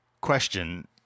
Question